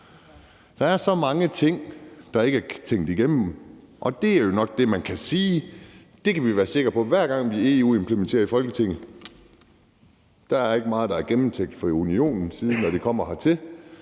Der er så mange ting, der ikke er tænkt igennem, og det er vel nok det, man kan sige. Vi kan være sikre på, at hver gang vi implementerer noget fra EU i Folketinget, er der ikke meget, der er gennemtænkt fra Unionens side, når det kommer hertil.